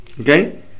Okay